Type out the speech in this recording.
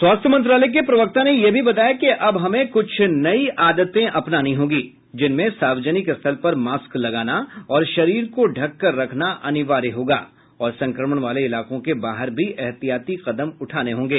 स्वास्थ्य मंत्रालय के प्रवक्ता ने यह भी बताया कि अब हमें कुछ नई आदतें अपनानी होंगी जिनमें सार्वजनिक स्थल पर मास्क लगाना और शरीर को ढक कर रखना अनिवार्य होगा और संक्रमण वाले इलाकों के बाहर भी एहतियाती कदम उठाने होंगे